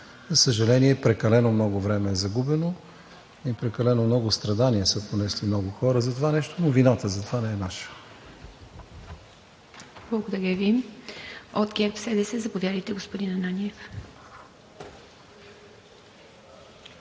За съжаление, прекалено много време е загубено и прекалено много страдания са понесли много хора за това нещо, но вината за това не е наша. ПРЕДСЕДАТЕЛ ИВА МИТЕВА: Благодаря Ви. От ГЕРБ-СДС – заповядайте, господин Ананиев.